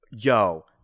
yo